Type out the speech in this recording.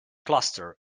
cluster